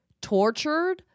tortured